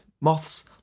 Moths